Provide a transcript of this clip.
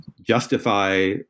justify